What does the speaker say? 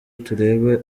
turebe